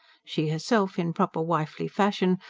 she herself, in proper wifely fashion,